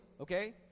okay